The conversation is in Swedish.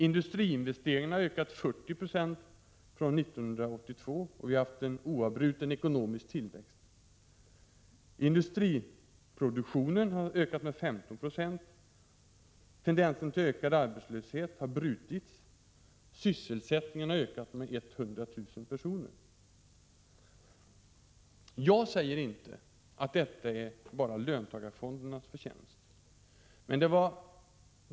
Industriinvesteringarna har ökat med 40 26 från 1982, och vi har haft en oavbruten ekonomisk tillväxt. Industriproduktionen har ökat med 15 96. Tendensen till ökad arbetslöshet har brutits. Sysselsättningen har ökat med 100 000 personer. Jag säger inte att detta bara är löntagarfondernas förtjänst.